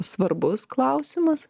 svarbus klausimas